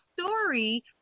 story